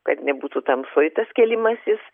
kad nebūtų tamsoj tas kėlimasis